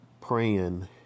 praying